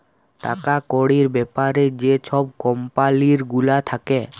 টাকা কড়ির ব্যাপারে যে ছব কম্পালি গুলা থ্যাকে